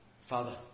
Father